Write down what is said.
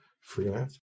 freelance